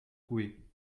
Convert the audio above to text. coué